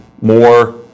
More